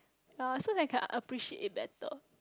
ye so that can I appreciate it better